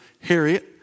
Harriet